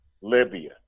Libya